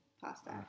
pasta